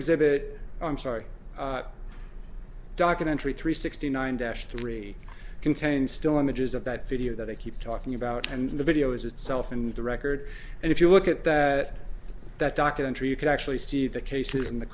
exhibit i'm sorry documentary three sixty nine dash three contains still images of that video that i keep talking about and the video is itself and the record and if you look at that that documentary you can actually see the cases in the